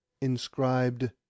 inscribed